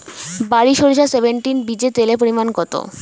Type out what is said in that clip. বারি সরিষা সেভেনটিন বীজে তেলের পরিমাণ কত?